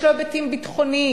יש לו היבטים ביטחוניים,